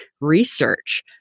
research